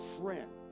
friend